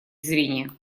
зрения